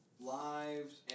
lives